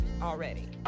already